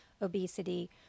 obesity